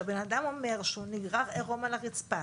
שהאדם אומר שהוא נגרר עירום על הרצפה,